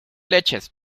leches